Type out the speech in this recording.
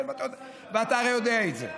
כן, ואתה הרי יודע את זה.